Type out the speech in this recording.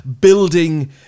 building